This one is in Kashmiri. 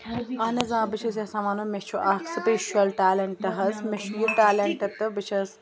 اَہن حظ آ بہٕ چھَس یَژھان وَنُن مےٚ چھُ اکھ سُپیشَل ٹیلینٹ حظ مےٚ چھُ یہِ ٹیلینٹ تہٕ بہٕ چھَس